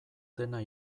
dena